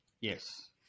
yes